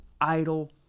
idle